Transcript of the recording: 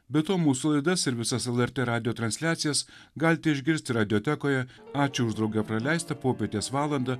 be to mūsų laidas ir visas lrt radijo transliacijas galite išgirsti radiotekoje ačiū už drauge praleistą popietės valandą